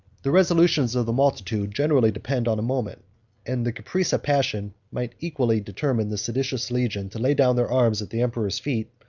the resolutions of the multitude generally depend on a moment and the caprice of passion might equally determine the seditious legion to lay down their arms at the emperor's feet,